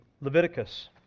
Leviticus